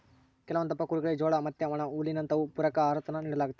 ಕೆಲವೊಂದಪ್ಪ ಕುರಿಗುಳಿಗೆ ಜೋಳ ಮತ್ತೆ ಒಣಹುಲ್ಲಿನಂತವು ಪೂರಕ ಆಹಾರಾನ ನೀಡಲಾಗ್ತತೆ